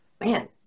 man